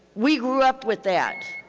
we grew up with that.